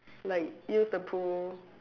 like use the pool